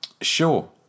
Sure